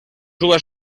uvas